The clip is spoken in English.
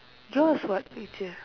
yours what picture